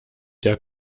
der